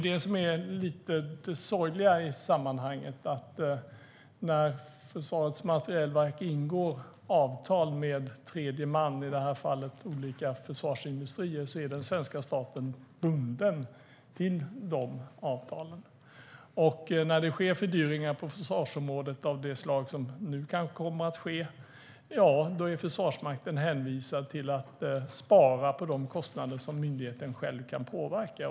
Det lite sorgliga i sammanhanget är ju att när Försvarets materielverk ingår avtal med tredje man, i det här fallet olika försvarsindustrier, så är den svenska staten bunden till dessa avtal. När det sker fördyringar på försvarsområdet av det slag som nu kan komma att ske är alltså Försvarsmakten hänvisad till att spara på de kostnader som myndigheten själv kan påverka.